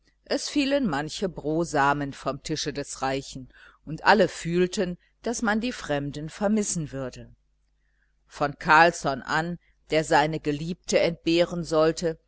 es fielen manche brosamen vom tische des reichen und alle fühlten daß man die fremden vermissen würde von carlsson an der seine geliebte entbehren sollte